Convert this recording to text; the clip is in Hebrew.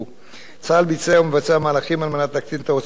צה"ל ביצע ומבצע מהלכים על מנת להקטין את ההוצאות על השכר